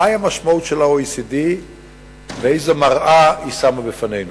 מהי המשמעות של ה-OECD ואיזו מראה הוא שם בפנינו.